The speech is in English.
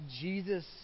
Jesus